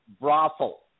brothel